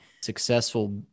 successful